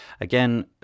Again